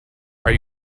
are